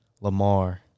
Lamar